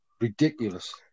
ridiculous